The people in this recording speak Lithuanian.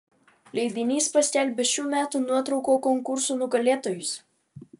leidinys paskelbė šių metų nuotraukų konkurso nugalėtojus